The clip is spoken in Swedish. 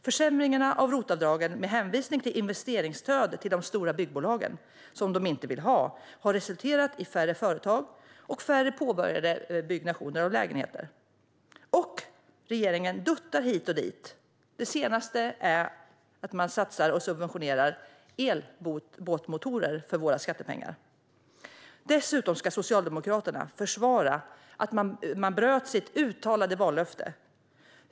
Försämringarna av ROT-avdragen med hänvisning till ett investeringsstöd till de stora byggbolagen, som de inte vill ha, har resulterat i färre företag och färre påbörjade lägenhetsbyggen. Regeringen duttar också lite här och där. Det senaste är att man subventionerar elektriska båtmotorer med våra skattepengar. Nu måste Socialdemokraterna försvara att de bröt sitt uttalade vallöfte.